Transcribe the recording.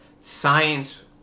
science